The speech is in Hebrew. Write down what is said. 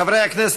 חברי הכנסת,